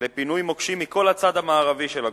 לפינוי מוקשים מכל הצד המערבי של הגולן.